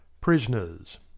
prisoners